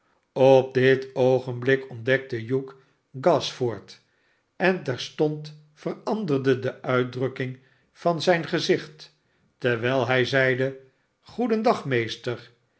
op dit oogenblik ontdekte hugh gashford en terstond veranderde de uitdrukking van zijn gezicht terwijl hij zeide goedendag meester